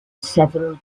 several